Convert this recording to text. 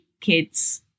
kids